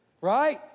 Right